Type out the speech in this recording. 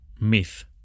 myth